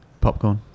Popcorn